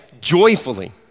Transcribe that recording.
joyfully